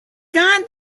god